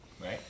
right